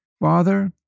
Father